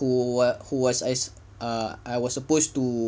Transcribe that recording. who wa~ who was was I was supposed to